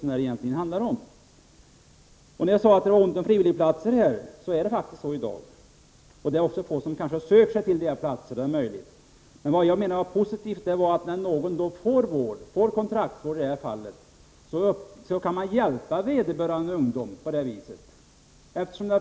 Som jag sade, är det ont om frivilligplatser i dag, och det är möjligt att det är få som söker sig till dessa platser. Det som är positivt är att den som döms till kontraktsvård får hjälp på det sättet.